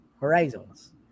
horizons